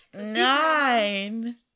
Nine